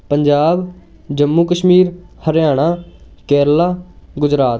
Punjab Jammu Kashmir Haryana Kerala Gujarat